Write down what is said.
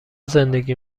زندگی